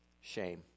shame